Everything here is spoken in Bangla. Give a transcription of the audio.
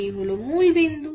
এটি হল মুল বিন্দু